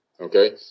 Okay